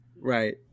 Right